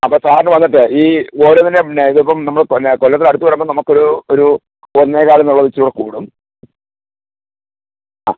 അപ്പം സാറിന് വന്നിട്ട് ഈ ഓരോന്നിന്റെ പിന്നെ ഇതിപ്പം നമ്മള് പിന്നെ കൊല്ലത്തിന്റെ അടുത്ത് വരുമ്പം നമുക്കൊരു ഒരു ഒന്നേകാല് എന്നുള്ളത് ഇച്ചിരിയും കൂടെ കൂടും ആ